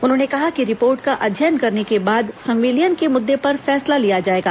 उन्होंने कहा कि रिपोर्ट का अध्ययन करने के बाद संविलियन के मुद्दे पर फैसला लिया जाएगा